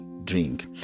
drink